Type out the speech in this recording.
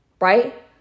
right